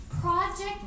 Project